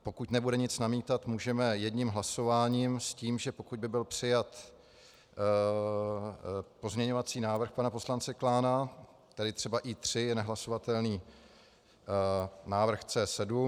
Pokud nebude nic namítat, můžeme jedním hlasováním s tím, že pokud by byl přijat pozměňovací návrh pana poslance Klána, to je třeba I3, je nehlasovatelný návrh C7.